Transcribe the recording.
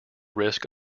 risk